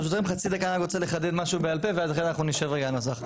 ברשותכם חצי דקה אני רוצה לחדד משהו בעל פה ואחר כך נשב על נוסח.